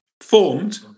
formed